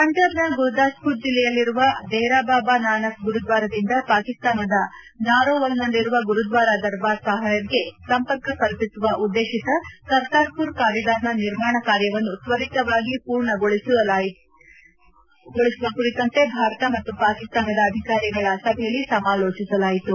ಪಂಜಾಬ್ನ ಗುರುದಾಸ್ಮರ್ ಜಿಲ್ಲೆಯಲ್ಲಿರುವ ದೇರಾಬಾಬಾ ನಾನಕ್ ಗುರುದ್ವಾರದಿಂದ ಪಾಕಿಸ್ತಾನದ ನಾರೋವಲ್ನಲ್ಲಿರುವ ಗುರುದ್ವಾರ ದರ್ಬಾರ್ ಸಾಹೇಬ್ಗೆ ಸಂಪರ್ಕ ಕಲ್ಪಿಸುವ ಉದ್ದೇಶಿತ ಕರ್ತಾರ್ಪುರ್ ಕಾರಿಡಾರ್ನ ನಿರ್ಮಾಣ ಕಾರ್ಯವನ್ನು ತ್ವರಿತವಾಗಿ ಪೂರ್ಣಗೊಳಸುವ ಕುರಿತಂತೆ ಭಾರತ ಮತ್ತು ಪಾಕಿಸ್ತಾನದ ಅಧಿಕಾರಿಗಳ ಸಭೆಯಲ್ಲಿ ಸಮಾರೋಚಿಸಲಾಯಿತು